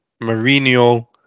Mourinho